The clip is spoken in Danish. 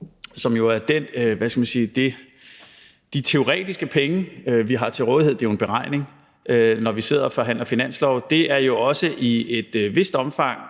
de teoretiske penge, vi har til rådighed – det er jo en beregning, når vi sidder og forhandler finanslov – i et vist omfang